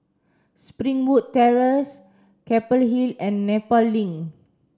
Springwood Terrace Keppel Hill and Nepal Link